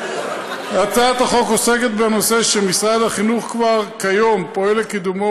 הצעת החוק עוסקת בנושא שמשרד החינוך כבר כיום פועל לקידומו